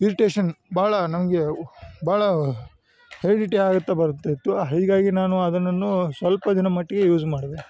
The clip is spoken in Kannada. ಇರ್ಟೇಷನ್ ಬಹಳ ನಮಗೆ ಬಹಳ ಹೆರಿಡಿಟಿ ಆಗುತ್ತ ಬರುತ್ತಾ ಇತ್ತು ಹೀಗಾಗಿ ನಾನು ಅದನ್ನು ಸ್ವಲ್ಪ ದಿನ ಮಟ್ಟಿಗೆ ಯೂಸ್ ಮಾಡಿದೆ